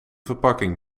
verpakking